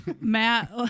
Matt